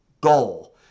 goal